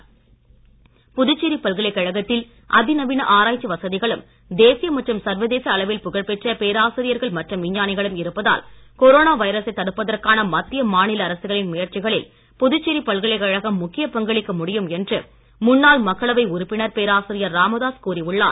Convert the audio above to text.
பேராசிரியர் ராமதாஸ் புதுச்சேரி பல்கலைக்கழகத்தில் அதிநவீன ஆராய்ச்சி வசதிகளும் தேசிய மற்றும் சர்வதேச அளவில் புகழ்பெற்ற பேராசிரியர்கள் மற்றும் விஞ்ஞானிகளும் இருப்பதால் கொரோனா வைரசை தடுப்பதற்கான மத்திய மாநில அரசுகளின் முயற்சிகளில் புதுச்சேரி பல்கலைக்கழகம் முக்கிய பங்களிக்க முடியும் என்று முன்னாள் மக்களவை உறுப்பினர் பேராசிரியர் ராமதாஸ் கூறி உள்ளார்